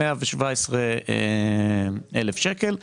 117,000 שקל,